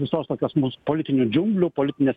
visos tokios mūsų politinių džiunglių politinės